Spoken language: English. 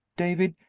david,